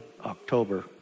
October